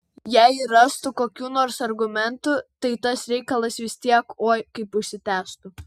jei ir rastų kokių nors argumentų tai tas reikalas vis tiek oi kaip užsitęstų